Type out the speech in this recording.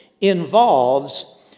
involves